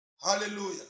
Hallelujah